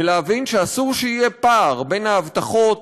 ולהבין שאסור שיהיה פער בין ההבטחות